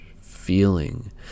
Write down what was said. Feeling